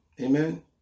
Amen